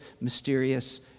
mysterious